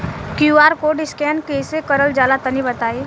QR code scan कैसे क़रल जला तनि बताई?